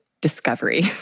discovery